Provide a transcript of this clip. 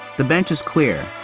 the bench is clear,